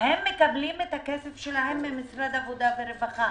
הם מקבלים את הכסף שלהם ממשרד העבודה והרווחה.